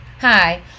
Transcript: hi